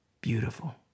Beautiful